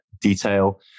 detail